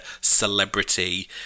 celebrity